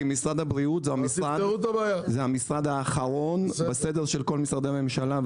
כי משרד הבריאות זה המשרד האחרון בסדר של כל משרדי הממשלה,